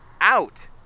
out